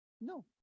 No